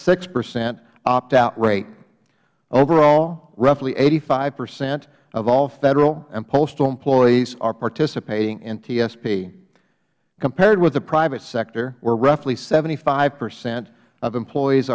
six percent optout rate overall roughly eighty five percent of all federal and postal employees are participating in tsp compared with the private sector where roughly seventy five percent of employees